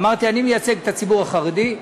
אמרתי: אני מייצג את הציבור החרדי,